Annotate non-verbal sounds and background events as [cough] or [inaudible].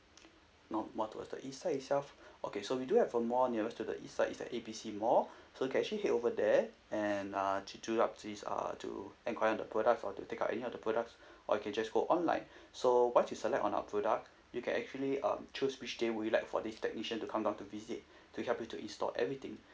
[noise] north more towards the east side itself [breath] okay so we do have a mall nearest to the east side is at A B C mall [breath] so you can actually head over there and uh to to up to this uh to enquire on the product for to take up any of the products [breath] or you can just go online [breath] so once you select on our product you can actually um choose which day would you like for this technician to come down to visit [breath] to help you to install everything